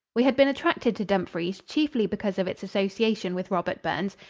we had been attracted to dumfries chiefly because of its association with robert burns,